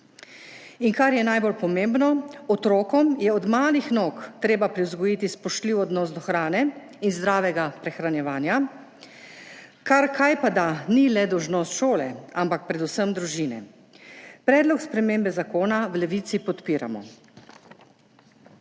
Kar je najbolj pomembno, otrokom je od malih nog treba privzgojiti spoštljiv odnos do hrane in zdravega prehranjevanja, kar kajpada ni le dolžnost šole, ampak predvsem družine. Predlog spremembe zakona v Levici podpiramo.